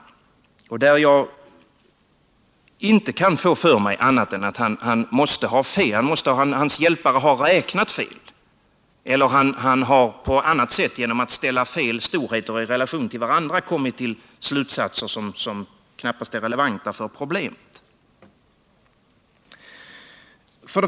Jag kan nämligen inte få för mig annat än att han måste ha fel; hans medhjälpare har räknat fel, eller också har han på annat sätt, genom att ställa fel storheter i relation till varandra, dragit slutsatser som knappast är relevanta för problemet.